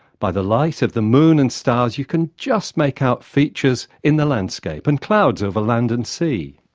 by the light of the moon and stars, you can just make out features in the landscape, and clouds over land and sea.